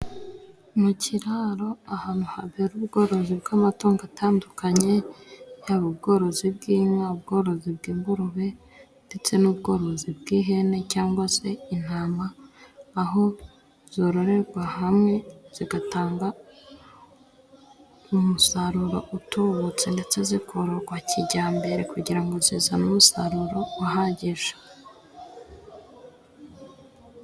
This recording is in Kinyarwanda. Mu kiraro ahantu habera ubworozi bw'amatungo atandukanye yaba ubworozi bw'inka ubworozi bw'ingurube ndetse n'ubworozi bw'ihene cyangwa se intama aho zororerwa hamwe zigatanga umusaruro utubutse ndetse zikororwa kijyambere kugira ngo zizane umusaruro uhagije.